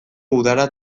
udara